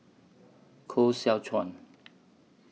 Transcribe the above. Koh Seow Chuan